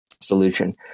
solution